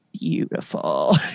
beautiful